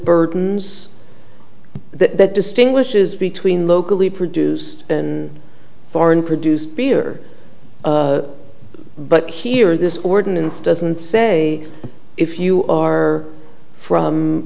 burdens that distinguishes between locally produced in foreign produced beer but here this ordinance doesn't say if you are from